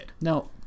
No